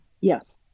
Yes